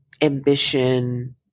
ambition